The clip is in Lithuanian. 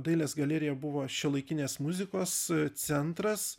dailės galerija buvo šiuolaikinės muzikos centras